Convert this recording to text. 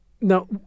Now